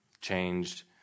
changed